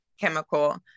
chemical